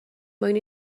mwyn